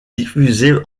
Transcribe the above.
diffusé